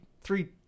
three